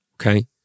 okay